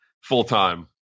full-time